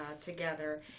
together